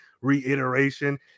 reiteration